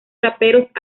raperos